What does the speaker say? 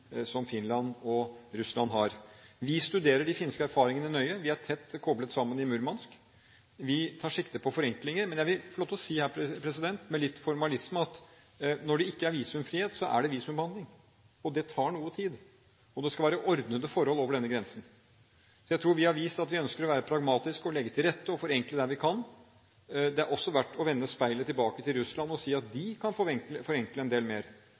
som Finland og Russland har. Vi studerer de finske erfaringene nøye. Vi er tett koblet sammen i Murmansk. Vi tar sikte på forenklinger. Men jeg vil si her – med litt formalisme – at når det ikke er visumfrihet, er det visumbehandling. Det tar noe tid, og det skal være ordnede forhold over denne grensen. Jeg tror vi har vist at vi ønsker å være pragmatiske – legge til rette og forenkle der vi kan. Det er også verdt å vende speilet mot Russland og si at de kan forenkle en del mer,